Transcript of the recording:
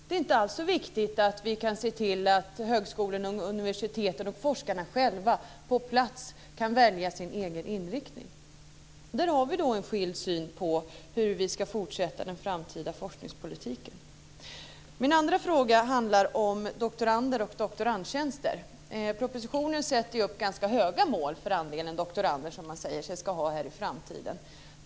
Det är inte alls så viktigt att vi kan se till att högskolorna, universiteten och forskarna själva på plats kan välja sin egen inriktning. Där har vi en annan syn på hur vi ska fortsätta den framtida forskningspolitiken. Min andra fråga handlar om doktorander och doktorandtjänster. Propositionen sätter ju upp ganska höga mål för den andel doktorander som man säger att man ska ha i framtiden.